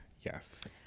Yes